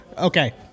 Okay